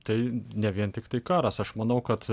tai ne vien tiktai karas aš manau kad